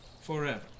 Forever